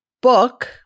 book